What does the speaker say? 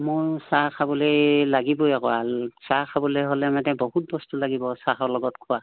মোৰ চাহ খাবলৈ লাগিবই আকৌ চাহ খাবলৈ হ'লে মানে বহুত বস্তু লাগিব চাহৰ লগত খোৱা